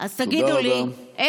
תודה רבה.